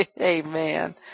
amen